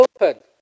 open